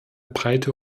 breite